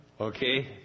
okay